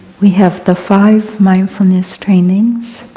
we have the five mindfulness trainings,